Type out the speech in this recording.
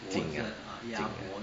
颈 ah 颈